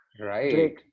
Right